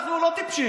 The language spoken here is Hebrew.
אנחנו לא טיפשים.